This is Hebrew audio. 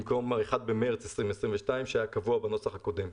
במקום ה-1 במארס 2022 שהיה קבוע בנוסח הקודם.